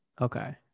Okay